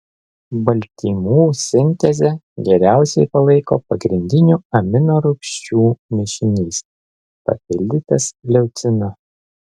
baltymų sintezę geriausiai palaiko pagrindinių aminorūgščių mišinys papildytas leucinu